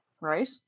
right